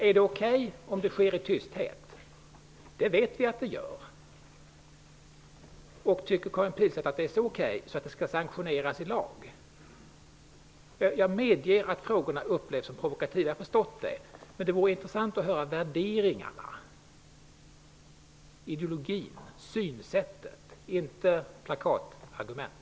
Är det okej om det sker i tysthet? Vi vet att det är så. Tycker Karin Pilsäter att det är så okej att det skall sanktioneras i lag? Jag medger att frågorna upplevs som provokativa. Jag förstår det. Det vore intressant att få höra värderingarna, ideologin, synsättet -- inte plakatargument.